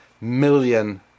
million